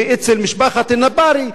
ואצל משפחת אלנבארי,